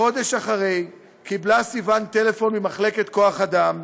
חודש אחרי קיבלה סיוון טלפון ממחלקת כוח אדם,